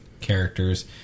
characters